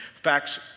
facts